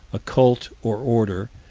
a cult or order,